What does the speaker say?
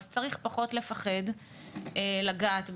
אז צריך פחות לפחד לגעת בזה,